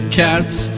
cats